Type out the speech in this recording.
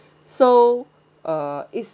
so uh is